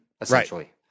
essentially